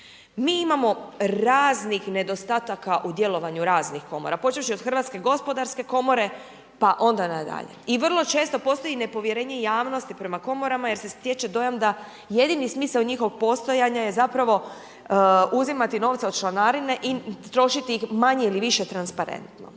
Mi imao raznih nedostataka u djelovanju raznih Komora, počevši od Hrvatske gospodarske komore, pa onda na dalje i vrlo često postoji nepovjerenje javnosti prema Komorama, jer se stječe dojam da jedini smisao njihovog postojanja je zapravo uzimati novce od članarine i trošiti ih manje ili više transparentno.